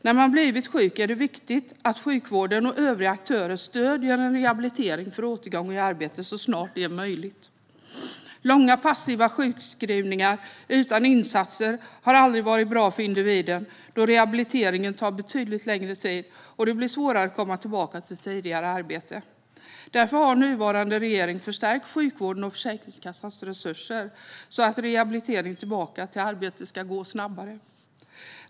När man blivit sjuk är det viktigt att sjukvården och övriga aktörer stöder en rehabilitering för återgång i arbete så snart det är möjligt. Långa passiva sjukskrivningar utan insatser har aldrig varit bra för individen, då rehabiliteringen tar betydligt längre tid och det blir svårare att komma tillbaka till tidigare arbete. Därför har nuvarande regering förstärkt sjukvårdens och Försäkringskassans resurser, så att rehabiliteringen tillbaka till arbete ska gå snabbare.